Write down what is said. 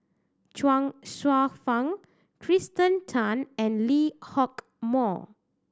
Chuang Hsueh Fang Kirsten Tan and Lee Hock Moh